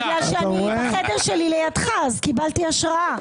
אבל זה בגלל שהחדר שלי לידך, אז קיבלתי השראה.